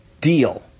deal